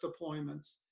deployments